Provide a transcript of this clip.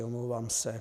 Omlouvám se.